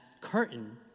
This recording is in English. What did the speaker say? curtain